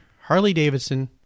Harley-Davidson